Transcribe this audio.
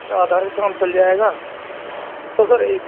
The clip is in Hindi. अच्छा आधार से काम चल जाएगा तो सर एक